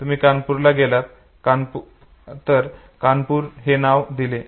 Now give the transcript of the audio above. तुम्ही कानपूरला आलात तर कानपूर हे नाव दिले